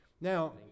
Now